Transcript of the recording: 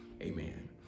Amen